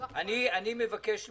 מבקש כך.